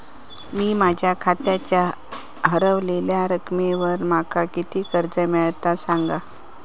मी माझ्या खात्याच्या ऱ्हवलेल्या रकमेवर माका किती कर्ज मिळात ता सांगा?